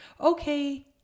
okay